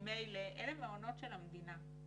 אלה מעונות של המדינה.